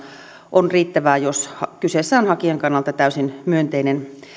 on riittävää jos kyseessä on hakijan kannalta täysin myönteinen